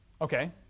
okay